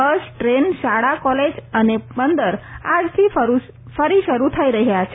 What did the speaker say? બસ train શાળા college અને બંદર આજથી ફરી શરૂ થઈ રહયાં છે